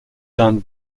done